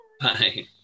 Bye